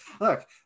look